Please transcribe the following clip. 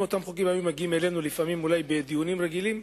אם אותם חוקים היו מגיעים אלינו בדיונים רגילים,